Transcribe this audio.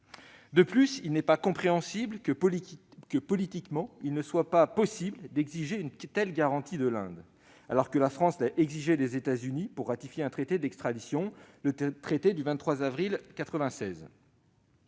De plus, il n'est pas compréhensible que, politiquement, il ne soit pas possible d'exiger une telle garantie de l'Inde, alors que la France l'a exigée des États-Unis pour ratifier le traité d'extradition du 23 avril 1996.